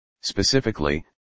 Specifically